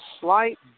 slight